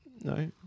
No